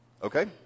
Okay